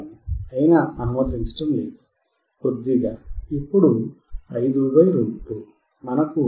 అయినా అనుమతించటం లేదు కొద్దిగా ఇప్పుడు 5√ 2 మనకు 3